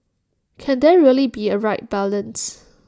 can there really be A right balance